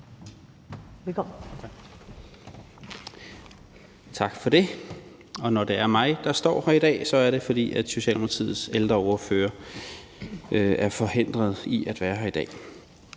Jakobsen (S): Tak for det. Når det er mig, der står her i dag, er det, fordi Socialdemokratiets ældreordfører er forhindret i at være her i dag.